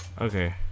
Okay